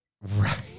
right